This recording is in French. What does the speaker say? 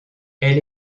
elle